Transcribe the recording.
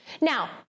Now